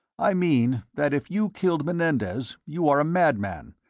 i mean that if you killed menendez, you are a madman,